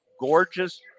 gorgeous